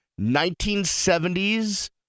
1970s